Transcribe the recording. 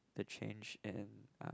they change and ah